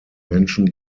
menschen